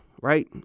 Right